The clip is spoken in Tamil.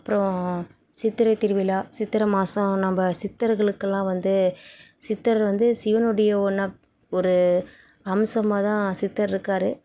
அப்றம் சித்திரை திருவிழா சித்திர மாசம் நம்ம சித்தர்களுக்கெல்லாம் வந்து சித்தர்கள் வந்து சிவனுடைய ஒன்றா ஒரு அம்சமாக தான் சித்தர் இருக்கார்